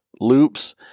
loops